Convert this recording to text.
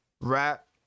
rap